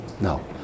No